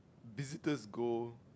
visitors go